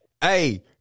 Hey